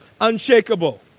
unshakable